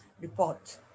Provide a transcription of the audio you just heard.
report